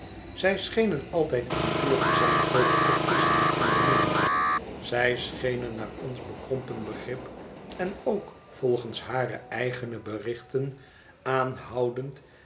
zij schenen altijd ih vuur te zijn over verkiezingen en benoemingen zij schenen naar ons bekrompen begrip en ook volgens hare eigene berichten aanhoudend